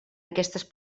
aquestes